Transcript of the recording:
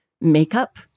makeup